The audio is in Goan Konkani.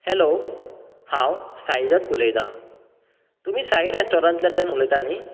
हॅलो हांव साईदत्त उलयता तुमी साई रेस्टोरंटातल्यान उलयता न्ही